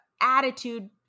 attitude